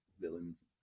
villains